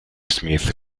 smith